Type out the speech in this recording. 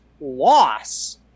loss